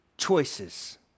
Choices